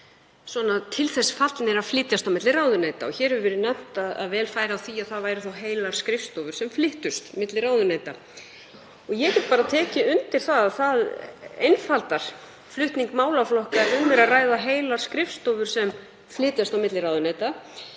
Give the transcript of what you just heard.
til þess fallnir að flytjast á milli ráðuneyta. Hér hefur verið nefnt að vel færi á því að heilar skrifstofur flyttust milli ráðuneyta. Ég get tekið undir það að slíkt einfaldar flutning málaflokka. Um er að ræða heilar skrifstofur sem flytjast á milli ráðuneyta.